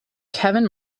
kevin